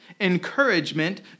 encouragement